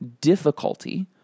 difficulty